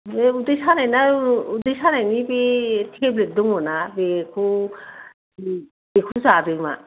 बे उदै सानायना उदै सानायनि बे टेब्लेट दङना बेखौ बेखौनो जादो मा